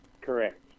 Correct